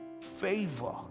favor